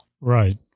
Right